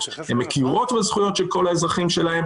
הן מכירות בזכויות של כל האזרחים שלהן,